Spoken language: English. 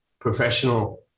professional